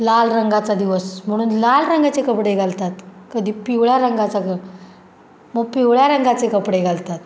लाल रंगाचा दिवस म्हणून लाल रंगाचे कपडे घालतात कधी पिवळ्या रंगाचा क मग पिवळ्या रंगाचे कपडे घालतात